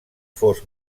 fos